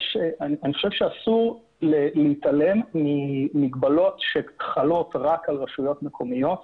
אסור להתעלם ממגבלות שחלות רק על רשויות מסוימות.